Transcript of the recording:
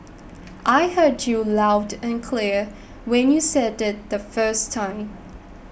I heard you loud and clear when you said it the first time